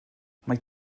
mae